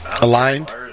Aligned